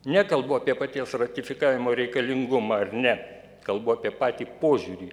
nekalbu apie paties ratifikavimo reikalingumą ar ne kalbu apie patį požiūrį